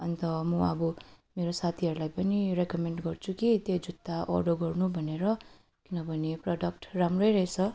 अन्त म अब मेरो साथीहरूलाई पनि रेकोमेन्ड गर्छु कि त्यो जुत्ता अर्डर गर्नु भनेर किनभने प्रडक्ट राम्रै रहेछ